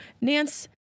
Nance